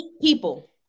people